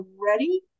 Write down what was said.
ready